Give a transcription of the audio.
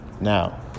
Now